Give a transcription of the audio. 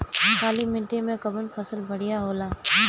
काली माटी मै कवन फसल बढ़िया होला?